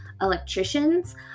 electricians